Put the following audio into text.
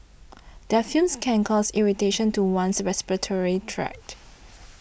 their fumes can cause irritation to one's respiratory tract